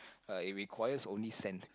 uh it requires only sand